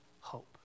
hope